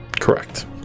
Correct